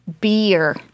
beer